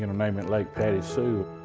you know name it lake patti sue.